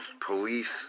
police